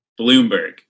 Bloomberg